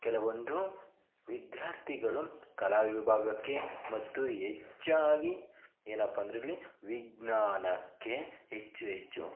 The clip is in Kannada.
ಕೆಲವೊಂದು ವಿದ್ಯಾರ್ಥಿಗಳು ಕಲಾ ವಿಭಾಗಕ್ಕೆ ಮತ್ತು ಹೆಚ್ಚಾಗಿ ಏನಪ್ಪಾಂದ್ರಿಲ್ಲಿ ವಿಜ್ಞಾನಕ್ಕೆ ಹೆಚ್ಚು ಹೆಚ್ಚು